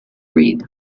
read